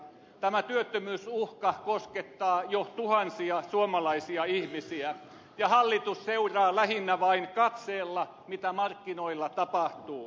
tämä työttömyysuhka koskettaa jo tuhansia suomalaisia ihmisiä ja hallitus seuraa lähinnä vain katseella mitä markkinoilla tapahtuu